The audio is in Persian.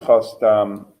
خواستم